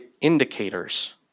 indicators